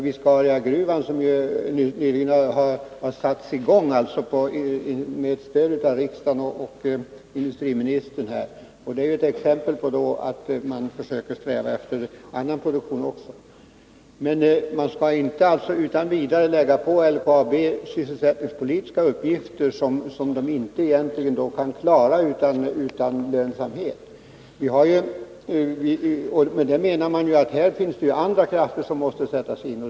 Viscariagruvan har ju nyligen satts i gång med stöd — företag, m.m. av riksdagen och industriministern. Det är ett exempel på att företaget strävar efter också annan produktion. Men man skall inte utan vidare lägga sysselsättningspolitiska uppgifter på LKAB, uppgifter som företaget egentligen inte kan klara utan lönsamhet. I det fallet finns det andra krafter som måste sättas in.